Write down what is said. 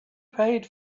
paid